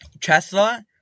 Tesla